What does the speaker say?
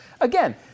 Again